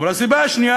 אבל הסיבה השנייה,